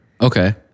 Okay